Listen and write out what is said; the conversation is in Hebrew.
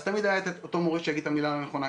אז תמיד היה את אותו מורה שיגיד את המילה הלא נכונה,